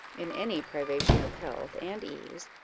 in any privation of health and ease,